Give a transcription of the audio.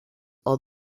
are